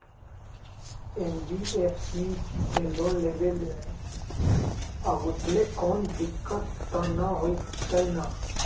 NBFC से loan लेबे से आगेचलके कौनो दिक्कत त न होतई न?